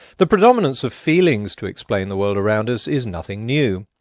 the predominance of feelings to explain the world around us is nothing new.